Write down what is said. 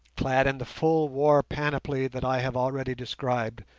clad in the full war panoply that i have already described,